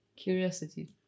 Curiosity